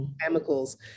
Chemicals